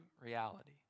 reality